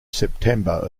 september